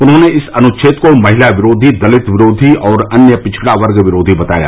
उन्होंने इस अनुछेद को महिला विरोधी दलित विरोधी और अन्य पिछड़ा वर्ग विरोधी बताया